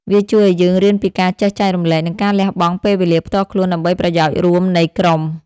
វាជួយឱ្យយើងរៀនពីការចេះចែករំលែក និងការលះបង់ពេលវេលាផ្ទាល់ខ្លួនដើម្បីប្រយោជន៍រួមនៃក្រុម។